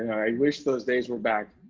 i wish those days were back,